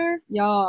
Y'all